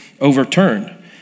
overturned